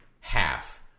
half